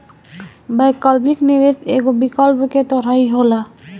वैकल्पिक निवेश एगो विकल्प के तरही होला